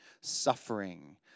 suffering